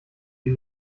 die